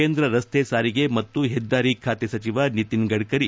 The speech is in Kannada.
ಕೇಂದ್ರ ರಸ್ತೆ ಸಾರಿಗೆ ಮತ್ತು ಹೆದ್ದಾರಿ ಸಚಿವ ನಿತಿನ್ ಗಡ್ಕರಿ